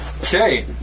Okay